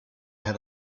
had